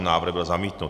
Návrh byl zamítnut.